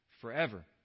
forever